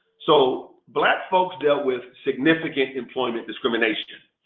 so black folks dealt with significant employment discrimination.